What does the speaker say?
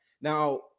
now